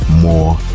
more